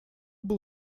был